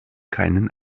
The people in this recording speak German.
keinen